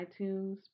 iTunes